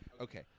okay